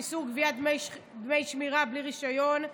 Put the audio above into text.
איסור גביית דמי שמירה בלי רישיון)